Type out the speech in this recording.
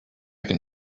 can